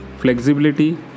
flexibility